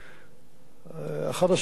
11,000 מגוואט.